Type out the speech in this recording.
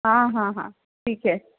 हाँ हाँ हाँ ठीक है